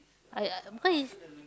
I I because is